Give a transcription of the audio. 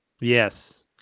Yes